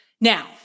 Now